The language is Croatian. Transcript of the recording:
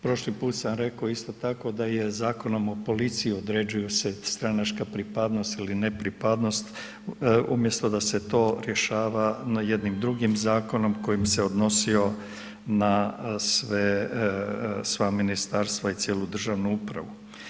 Prošli put sam rekao isto tako da Zakonom o policiji određuju se stranačka pripadnost ili nepripadnost umjesto da se to rješava jednim drugim zakonom koji bi se odnosi na sva ministarstva i cijelu državnu upravu.